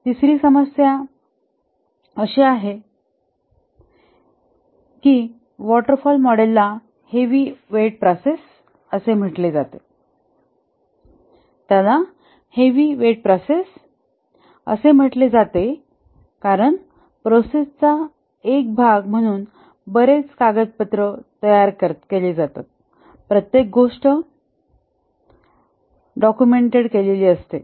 तिसरी समस्या अशी आहे की वॉटर फॉल मॉडेलला हेवी वेट प्रोसेस असे म्हटले जाते त्याला हेवी वेट प्रोसेस असे म्हटले जाते कारण प्रोसेसचा एक भाग म्हणून बरेच कागदपत्र तयार केले जातात प्रत्येक गोष्ट डोकूमेंटेड केलेली असते